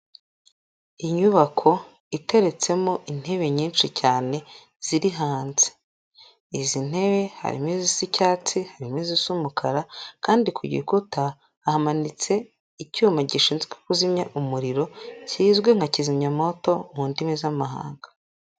Inyubako iteretsemo intebe nyinshi cyane ziri hanze, izi ntebe harimo izisa icyatsi, harimo izisa umukara kandi ku gikuta hamanitse icyuma gishinzwe kuzimya umuriro kizwi nka kizimyamwoto mu ndimi z'amahanga.